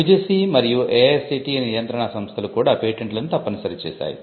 UGC మరియు AICTE నియంత్రణా సంస్థలు కూడా పేటెంట్లను తప్పనిసరి చేశాయి